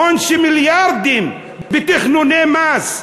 הון של מיליארדים בתכנוני מס.